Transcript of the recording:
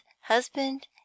husband